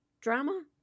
drama